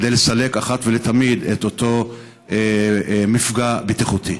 כדי לסלק אחת ולתמיד את אותו מפגע בטיחותי.